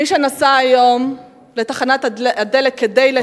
מי שנסע היום לתחנת הדלק כדי לתדלק,